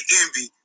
envy